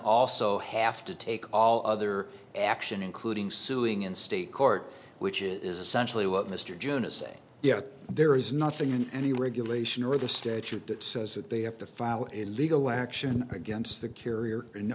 also have to take all other action including suing in state court which is essentially what mr jonas say yet there is nothing in any regulation or the statute that says that they have to file in the legal action against the carrier in